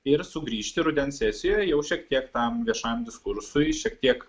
ir sugrįžti rudens sesijoje jau šiek tiek tam viešam diskursui šiek tiek